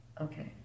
Okay